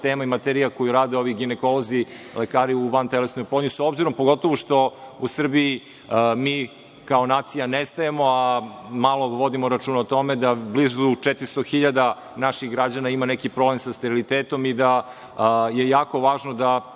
tema i materijal koji rade ovi ginekolozi, lekari u vantelesnoj oplodnji, pogotovo što u Srbiji mi kao nacija nestajemo, a malo vodimo računa o tome, da blizu 400 hiljada naših građana ima neki problem sa sterilitetom i da je jako važno da